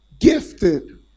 Gifted